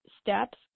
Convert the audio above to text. steps